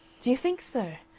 do you think so?